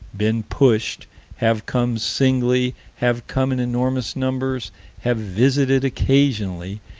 been pushed have come singly, have come in enormous numbers have visited occasionally,